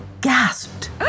gasped